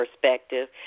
perspective